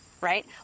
right